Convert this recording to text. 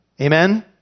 Amen